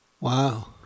Wow